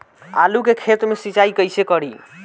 आलू के खेत मे सिचाई कइसे करीं?